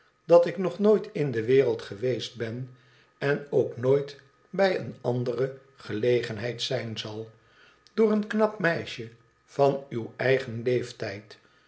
dat ik nog nooit in de wereld geweest ben en ook nooit bij eene andere gelegenheid zijn zal door een knap meisje van uw eigen leeftijd